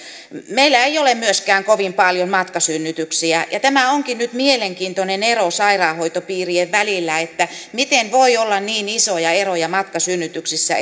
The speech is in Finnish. meillä ei ole myöskään kovin paljon matkasynnytyksiä ja tämä onkin nyt mielenkiintoinen ero sairaanhoitopiirien välillä miten voi olla niin isoja eroja matkasynnytyksissä